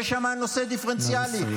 יש שם נושא דיפרנציאלי.